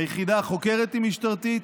היחידה החוקרת היא משטרתית,